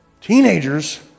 Teenagers